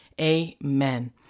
Amen